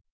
Viral